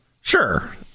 Sure